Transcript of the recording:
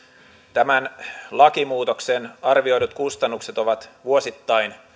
tämän lakimuutoksen arvioidut kustannukset ovat vuosittain